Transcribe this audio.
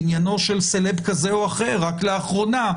בעניינו של סלב כזה או אחר רק לאחרונה,